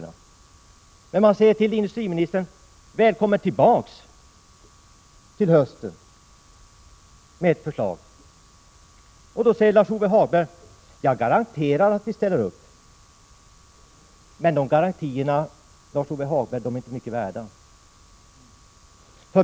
Vpk:s företrädare säger till industriministern: Välkommen tillbaka i höst med ett förslag. Lars-Ove Hagberg garanterar att vpk då skall ställa upp. Men sådana garantier, Lars-Ove Hagberg, är inte mycket värda.